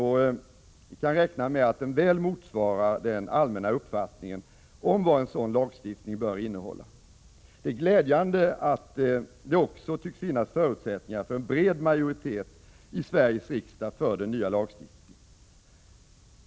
Vi kan räkna med att den väl motsvarar den allmänna uppfattningen om vad en sådan lagstiftning bör innebära. Det är glädjande att det också tycks finnas förutsättningar för en bred majoritet i Sveriges riksdag för den nya lagstiftningen.